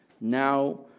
Now